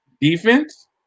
defense